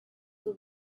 will